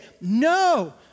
no